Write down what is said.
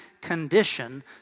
condition